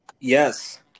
Yes